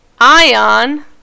Ion